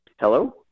Hello